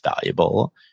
valuable